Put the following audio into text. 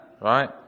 right